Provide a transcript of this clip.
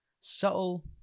subtle